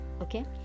Okay